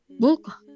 book